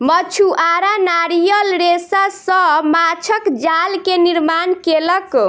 मछुआरा नारियल रेशा सॅ माँछक जाल के निर्माण केलक